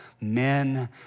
men